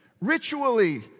ritually